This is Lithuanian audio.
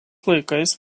laikais